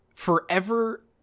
forever